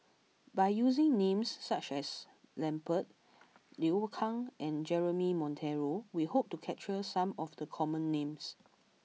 by using names such as Lambert Liu Kang and Jeremy Monteiro we hope to capture some of the common names